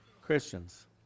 Christians